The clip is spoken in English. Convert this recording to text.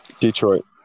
Detroit